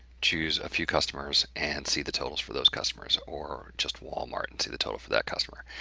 choose a few customers and see the totals for those customers or just walmart, and see the total for that customer.